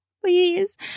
Please